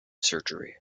surgery